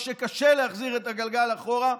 או שקשה להחזיר את הגלגל אחורה,